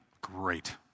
great